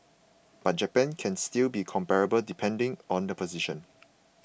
but Japan can still be comparable depending on the position